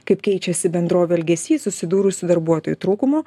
kaip keičiasi bendrovių elgesys susidūrus su darbuotojų trūkumu